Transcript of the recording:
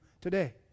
today